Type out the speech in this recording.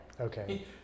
Okay